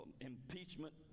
impeachment